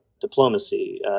diplomacy